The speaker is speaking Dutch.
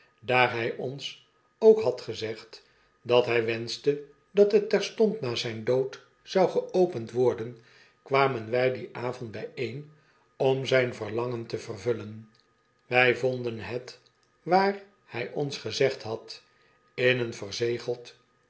daar hy ons ook had gezegd dathy wenschte dat het terstond na zijn dood zou geopend worden kwamen wy dien avond byeen om zyn verlangen te vervullen wy vonden het waar hy ons gezegd had in een verzegeld